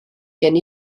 gen